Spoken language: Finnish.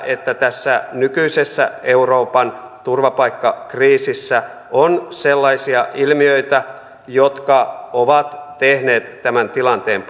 että tässä nykyisessä euroopan turvapaikkakriisissä on sellaisia ilmiöitä jotka ovat tehneet tämän tilanteen